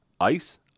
Ice